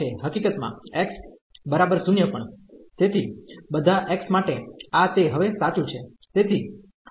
હકીકતમાં x 0 પણ તેથી બધા x માટે આ તે હવે સાચું છે